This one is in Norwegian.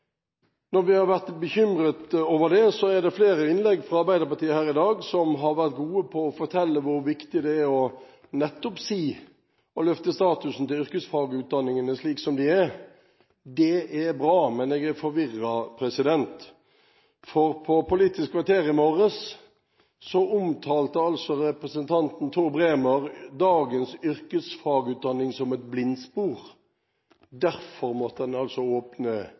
Når vi har vært bekymret over det, er det flere innlegg fra Arbeiderpartiet her i dag som har vært gode på å fortelle hvor viktig det er nettopp å løfte statusen til yrkesfagutdanningene slik de er. Det er bra, men jeg er forvirret, for på Politisk kvarter i morges omtalte representanten Tor Bremer dagens yrkesfagutdanning som et blindspor. Derfor måtte en altså åpne